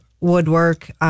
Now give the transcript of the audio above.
woodwork